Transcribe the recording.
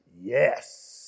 Yes